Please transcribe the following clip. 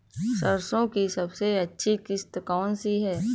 सरसो की सबसे अच्छी किश्त कौन सी है?